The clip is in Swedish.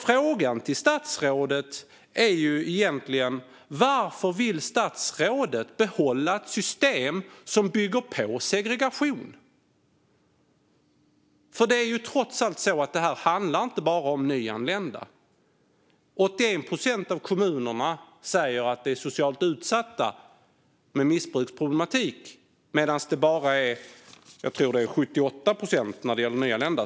Frågan till statsrådet är egentligen: Varför vill statsrådet behålla ett system som bygger på och ökar segregationen? Detta handlar trots allt inte bara om nyanlända. 81 procent av kommunerna säger att socialt utsatta med missbruksproblematik berörs, medan det bara är 78 procent när det gäller nyanlända.